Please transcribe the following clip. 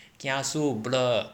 kiasu blur